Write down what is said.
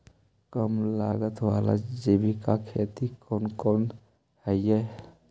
कम लागत वाला जैविक खेती कौन कौन से हईय्य?